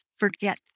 forget